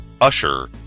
Usher